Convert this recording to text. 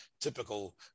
typical